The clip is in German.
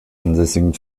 ansässigen